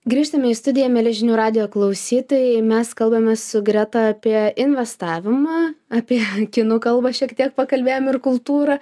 grįžtame į studiją mieli žinių radijo klausytojai mes kalbamės su greta apie investavimą apie kinų kalbą šiek tiek pakalbėjom ir kultūrą